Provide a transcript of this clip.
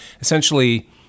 essentially